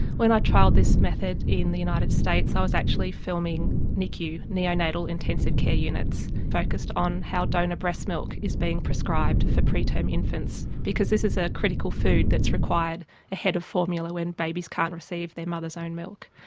when i trialled this method in the united states i was actually filming nicu, neonatal intensive care units, focused on how donor breast milk is being prescribed for preterm infants, because this is a critical food that's required ahead of formula when babies can't receive their mother's own milk.